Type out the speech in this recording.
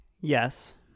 Yes